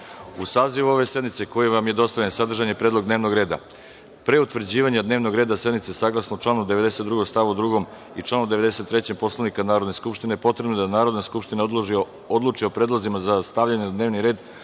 sazivu ove sednice, koji vam je dostavljen, sadržan je predlog dnevnog reda. Pre utvrđivanja dnevnog reda sednice, saglasno članu 92. stav 2. i članu 93. Poslovnika Narodne skupštine, potrebno je da Narodna skupština odluči o predlozima za stavljanje na dnevni red